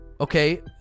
Okay